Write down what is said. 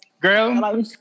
Girl